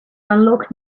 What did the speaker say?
unlock